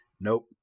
Nope